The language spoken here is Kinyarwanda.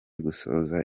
gusoza